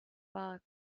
war